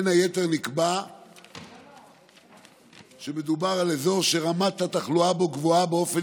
בין היתר נקבע שמדובר על אזור שרמת התחלואה בו גבוהה באופן